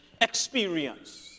experience